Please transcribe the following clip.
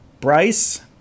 Bryce